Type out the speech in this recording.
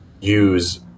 use